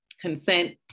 consent